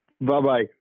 Bye-bye